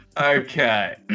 Okay